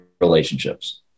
relationships